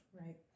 Right